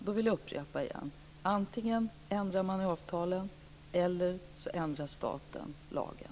Då vill jag upprepa: Antingen ändrar man i avtalen eller så ändrar staten lagen.